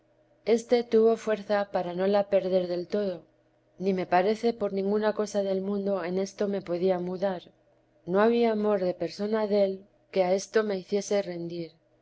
este tuvo fuerza para no la perder del todo ni me parece por ninguna cosa del mundo en esto me podía mudar ni había amor de persona del que a esto vida de la santa madre me hiciese rendir